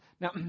Now